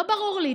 לא ברור לי.